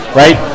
right